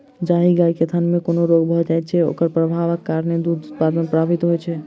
जाहि गाय के थनमे कोनो रोग भ जाइत छै, ओकर प्रभावक कारणेँ दूध उत्पादन प्रभावित होइत छै